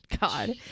God